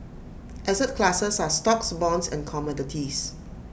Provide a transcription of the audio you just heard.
asset classes are stocks bonds and commodities